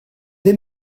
the